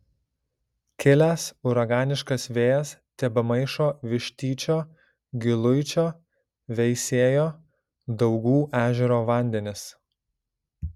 kilęs uraganiškas vėjas tebemaišo vištyčio giluičio veisiejo daugų ežero vandenis